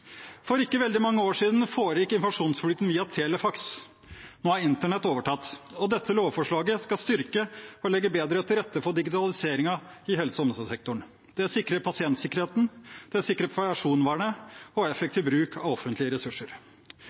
For ikke veldig mange år siden foregikk informasjonsflyten via telefaks. Nå har internett overtatt. Dette lovforslaget skal styrke og legge bedre til rette for digitaliseringen i helse- og omsorgssektoren ved å ivareta pasientsikkerhet, personvern og effektiv bruk av offentlige ressurser.